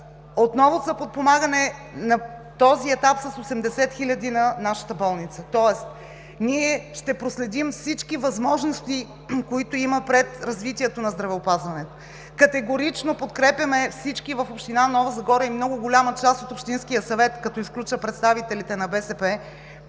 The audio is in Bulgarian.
отново за подпомагане на този етап с 80 хиляди на нашата болница. Тоест, ние ще проследим всички възможности, които има пред развитието на здравеопазването. Категорично подкрепяме всички в община Нова Загора и много голяма част от Общинския съвет, като изключа представителите на БСП,